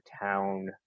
town